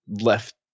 left